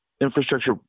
infrastructure